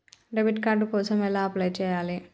Debit card కోసం ఎలా apply చేయాలి?